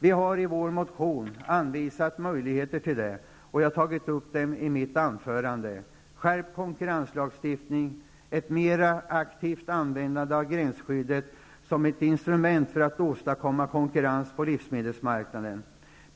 Vi har i vår motion anvisat möjligheter till det, och jag har tagit upp dem i mitt anförande: --Ett mera aktivt användande av gränsskyddet som ett instrument för att åstadkomma konkurrens på livsmedelsmarknaden.